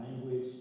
language